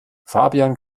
fabian